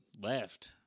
left